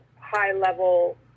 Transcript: high-level